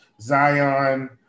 Zion